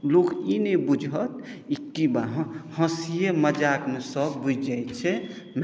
लोक ई नहि बूझत ई कि अहाँ हँसिए मजाकमे सभ बुझि जाइत छै